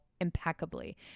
Impeccably